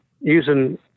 using